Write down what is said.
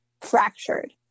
Fractured